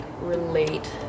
relate